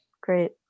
Great